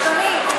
אדוני,